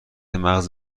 مغز